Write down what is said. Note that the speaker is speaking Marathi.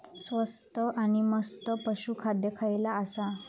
स्वस्त आणि मस्त पशू खाद्य खयला आसा?